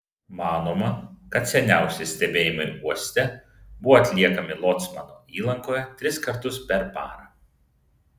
manoma kad seniausi stebėjimai uoste buvo atliekami locmano įlankoje tris kartus per parą